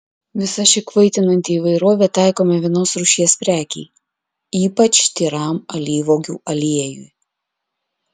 visa ši kvaitinanti įvairovė taikoma vienos rūšies prekei ypač tyram alyvuogių aliejui